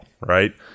right